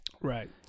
Right